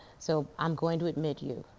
so i'm going to admit you.